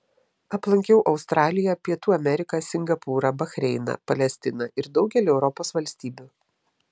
aplankiau australiją pietų ameriką singapūrą bahreiną palestiną ir daugelį europos valstybių